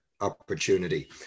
opportunity